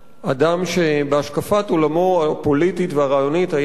אדם שבהשקפת עולמו הפוליטית והרעיונית היה,